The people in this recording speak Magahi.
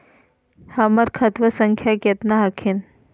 हमर खतवा संख्या केतना हखिन?